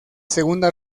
segunda